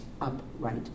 upright